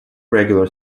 regular